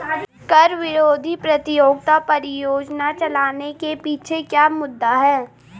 कर विरोधी प्रतियोगिता परियोजना चलाने के पीछे क्या मुद्दा था?